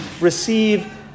receive